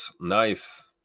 Nice